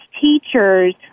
teachers